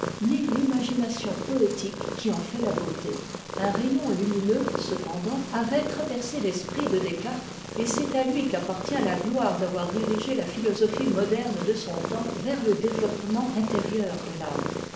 ni l'imagination poétique qui en fait la beauté un rayon lumineux cependant avait traversé l'esprit de descartes et c'est à lui qu'appartient la gloire d'avoir dirigé la philosophie moderne de son temps vers le développement intérieur de l'âme